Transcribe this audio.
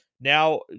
Now